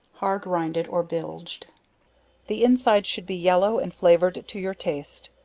hard rinded, or bilged the inside should be yellow, and flavored to your taste.